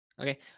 Okay